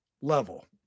level